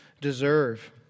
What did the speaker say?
deserve